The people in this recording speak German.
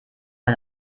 man